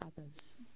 others